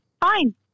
fine